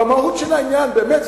במהות של העניין, באמת.